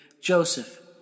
Joseph